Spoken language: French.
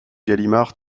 galimard